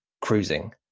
cruising